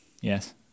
yes